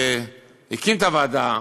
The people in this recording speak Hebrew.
שהקים את הוועדה,